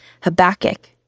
Habakkuk